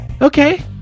Okay